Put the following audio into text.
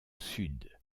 sud